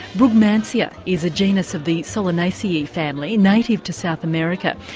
brugmansia is a genus of the solanaceae family, native to south america,